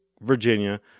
Virginia